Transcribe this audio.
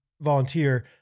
volunteer